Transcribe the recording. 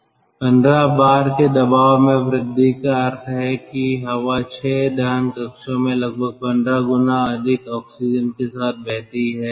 15 बार के दबाव में वृद्धि का अर्थ है कि हवा 6 दहन कक्षों में लगभग 15 गुना अधिक ऑक्सीजन के साथ बहती है